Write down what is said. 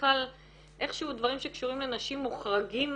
איכשהו דברים שקשורים לנשים מוחרגים